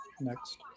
next